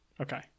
okay